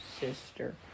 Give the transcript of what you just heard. sister